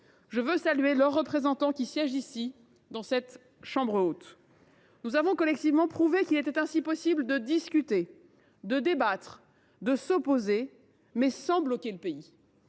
Je veux saluer leurs représentants qui siègent ici, à la chambre haute. Nous avons collectivement prouvé qu’il était possible de discuter, de débattre et de s’opposer sans pour autant bloquer le pays.